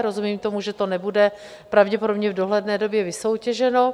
Rozumím tomu, že to nebude pravděpodobně v dohledné době vysoutěženo.